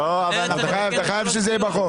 לא, אתה חייב שזה יהיה בחוק.